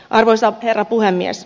arvoisa herra puhemies